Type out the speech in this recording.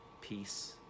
peace